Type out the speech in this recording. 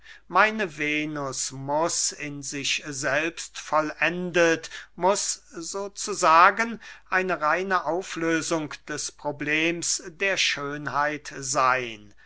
meine venus muß in sich selbst vollendet muß so zu sagen eine reine auflösung des problems der schönheit seyn